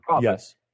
yes